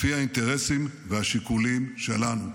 לפי האינטרסים והשיקולים שלנו,